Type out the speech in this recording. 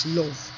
love